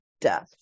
death